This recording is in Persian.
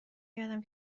کردم